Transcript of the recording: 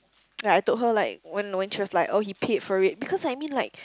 like I told her like when when she was like oh he paid for it because I mean like